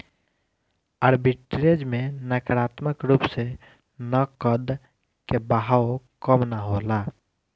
arbitrage में नकारात्मक रूप से नकद के बहाव कम ना होला